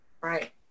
right